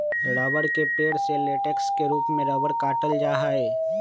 रबड़ के पेड़ से लेटेक्स के रूप में रबड़ काटल जा हई